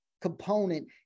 component